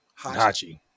hachi